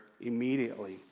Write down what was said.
immediately